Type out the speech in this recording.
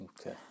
Okay